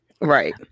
Right